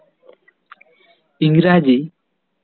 ᱤᱝᱨᱮᱡᱤ